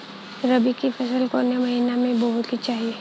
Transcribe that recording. रबी की फसल कौने महिना में बोवे के चाही?